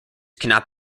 cannot